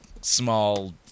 small